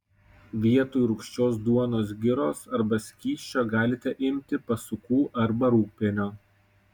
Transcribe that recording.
vietoj rūgščios duonos giros arba skysčio galite imti pasukų arba rūgpienio